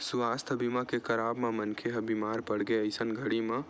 सुवास्थ बीमा के कराब म मनखे ह बीमार पड़गे अइसन घरी म